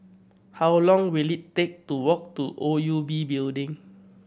how long will it take to walk to O U B Building